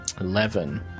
Eleven